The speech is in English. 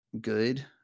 good